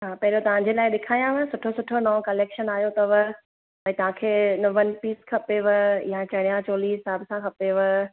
पहिरियों तव्हांजे लाइ ॾेखारियांव सुठो सुठो नओं कलेक्शन आयो अथव भई तव्हांखे वनपीस खपेव या चनिया चोली हिसाबु सां खपेव